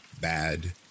bad